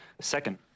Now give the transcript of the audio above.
Second